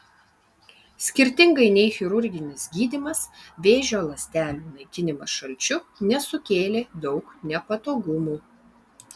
skirtingai nei chirurginis gydymas vėžio ląstelių naikinimas šalčiu nesukėlė daug nepatogumų